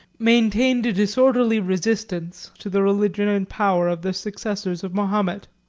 maintained a disorderly resistance to the religion and power of the successors of mahomet.